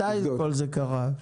מתי כל זה קרה?